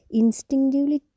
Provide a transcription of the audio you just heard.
instinctively